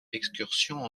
excursions